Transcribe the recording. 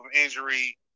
injury